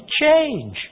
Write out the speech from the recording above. change